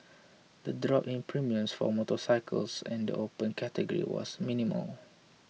the drop in premiums for motorcycles and the Open Category was minimal